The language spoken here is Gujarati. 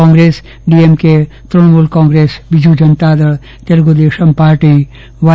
Congress DMK Trinamool Congress Biju Janata Dal Telugu Desam party Y